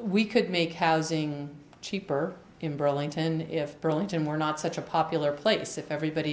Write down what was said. we could make housing cheaper in burlington if burlington were not such a popular place if everybody